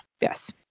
yes